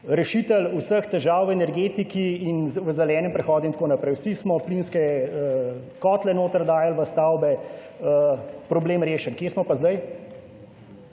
rešitelj vseh težav v energetiki in v zelenem prehodu in tako naprej, vsi smo plinske kotle noter dajali v stavbe, problem rešen. Kje smo pa zdaj?